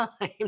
time